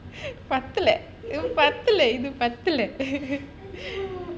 பத்தல பத்தல இது பத்தல ஐயோ:pattala pattala itu pattala !aiyo!